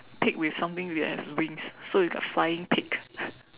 pig with something which have wings so you got flying pig